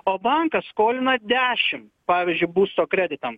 o bankas skolina dešim pavyzdžiui būsto kreditam